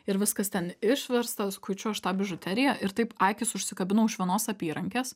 ir viskas ten išversta kuičiu aš tą bižuteriją ir taip akys užsikabino už vienos apyrankės